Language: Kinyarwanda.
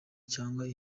cyangwa